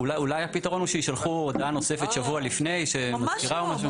אולי הפתרון הוא שישלחו הודעה נוספת שבוע לפני שמזכירה משהו.